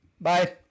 Bye